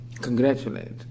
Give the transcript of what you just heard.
Congratulate